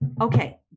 Okay